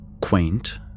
quaint